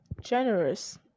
generous